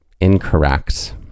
incorrect